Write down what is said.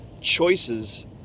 choices